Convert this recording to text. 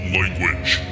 language